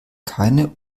keine